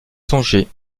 songer